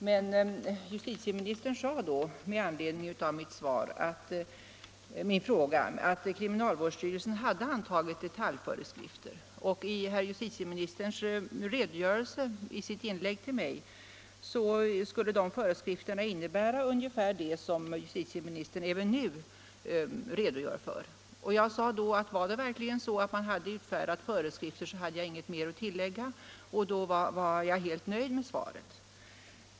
Men justitieministern sade då med anledning av min fråga att kriminalvårdsstyrelsen hade antagit detaljföreskrifter, och enligt justitieministerns redogörelse i det svaret till mig skulle de föreskrifterna innebära ungefär det som justitieministern även nu redogör för. Jag sade då, att om man verkligen hade utfärdat föreskrifter fanns ingenting mer att tillägga och jag var helt nöjd med svaret.